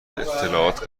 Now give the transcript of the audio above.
اطلاعات